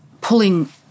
pulling